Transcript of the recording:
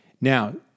Now